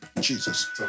Jesus